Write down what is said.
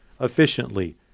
efficiently